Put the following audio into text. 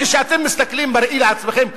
כשאתם מסתכלים בראי על עצמכם,